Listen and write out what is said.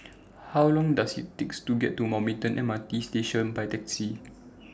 How Long Does IT Take to get to Mountbatten M R T Station By Taxi